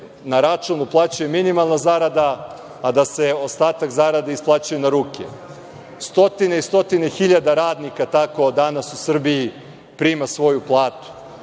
na račun uplaćuje minimalna zarada, a da se ostatak zarade isplaćuje na ruke? Stotine i stotine hiljade radnika tako danas u Srbiji prima svoju platu,